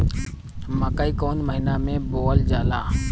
मकई कौन महीना मे बोअल जाला?